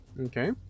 Okay